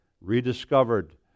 rediscovered